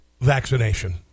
vaccination